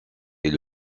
est